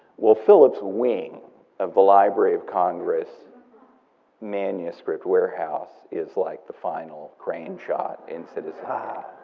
well, philip's wing of the library of congress manuscript warehouse is like the final crane shot in citizen ah